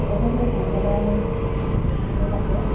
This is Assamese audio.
বহুতো সম্প্ৰদায়ৰ লোক আছে